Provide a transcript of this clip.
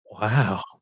Wow